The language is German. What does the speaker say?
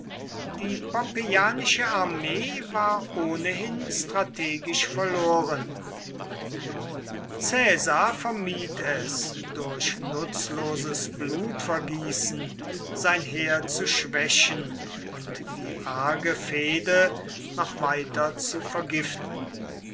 die pompeianische armee war ohnehin strategisch verloren caesar vermied es durch nutzloses blutvergießen sein heer zu schwächen und die arge fehde noch weiter zu vergiften